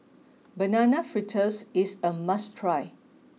Banana Fritters is a must try